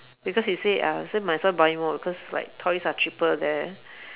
because he say uh so might as well buying more because like toys are cheaper there